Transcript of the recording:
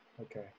Okay